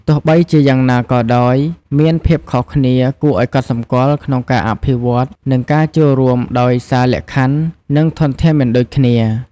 ទោះបីជាយ៉ាងណាក៏ដោយ មានភាពខុសគ្នាគួរឱ្យកត់សម្គាល់ក្នុងការអភិវឌ្ឍន៍ និងការចូលរួមដោយសារលក្ខខណ្ឌ និងធនធានមិនដូចគ្នា។